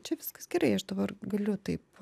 čia viskas gerai aš dabar galiu taip